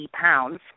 pounds